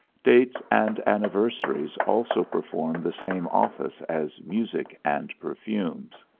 dates and anniversaries also perform the same office as music and perfumes.